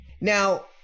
Now